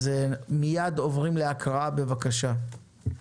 מיד עוברים להקראה, בבקשה.